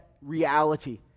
reality